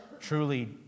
truly